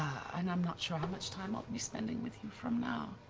and i'm not sure how much time i'll be spending with you from now